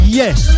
yes